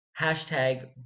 hashtag